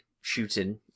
shooting